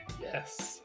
yes